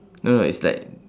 no no it's like